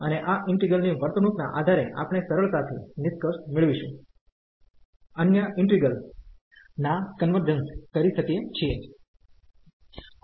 અને આ ઈન્ટિગ્રલ ની વર્તણૂકના આધારે આપણે સરળતાથી નિષ્કર્ષ મેળવીશું અન્ય ઈન્ટિગ્રલ ના કન્વર્જન્સ કરી શકીએ છીએ